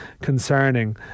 concerning